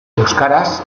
euskaraz